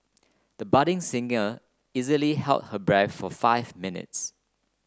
the budding singer easily held her breath for five minutes